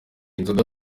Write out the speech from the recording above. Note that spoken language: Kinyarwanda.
inzoga